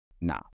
now